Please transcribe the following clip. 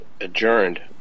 adjourned